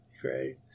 great